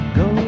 go